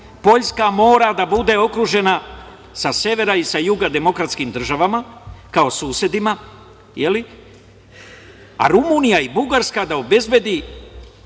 Poljska mora da bude okružena sa severa i sa juga demokratskim državama kao susedima, a Rumunija i Bugarska da obezbedi